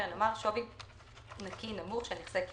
"שווי נקי ממוצע של נכסי קרן"